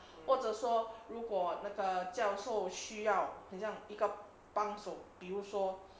或者说如果那个教授需要很像一个帮手比如说